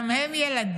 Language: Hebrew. גם הם ילדים,